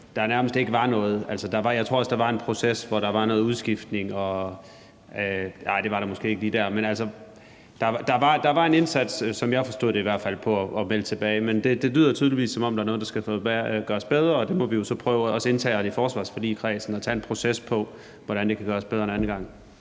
der nærmest ikke var noget. Jeg tror også, der var en proces, hvor der var noget udskiftning – nej, det var der måske ikke lige der, men der var en indsats, som jeg i hvert fald forstod det, for at melde tilbage. Men det lyder, som om der er noget, der tydeligvis skal gøres bedre, og det må vi jo så prøve også internt i forsvarsforligskredsen at tage en proces omkring, altså hvordan det kan gøres bedre en anden gang.